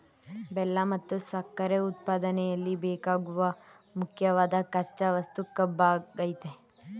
ಬೆಲ್ಲ ಮತ್ತು ಸಕ್ಕರೆ ಉತ್ಪಾದನೆಯಲ್ಲಿ ಬೇಕಾಗುವ ಮುಖ್ಯವಾದ್ ಕಚ್ಚಾ ವಸ್ತು ಕಬ್ಬಾಗಯ್ತೆ